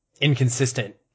inconsistent